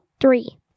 Three